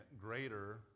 greater